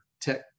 tech